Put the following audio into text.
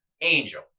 angel